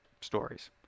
stories